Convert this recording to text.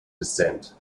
descent